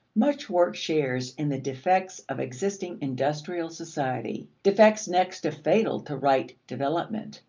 much work shares in the defects of existing industrial society defects next to fatal to right development.